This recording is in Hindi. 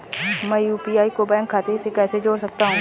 मैं यू.पी.आई को बैंक खाते से कैसे जोड़ सकता हूँ?